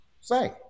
say